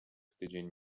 tydzień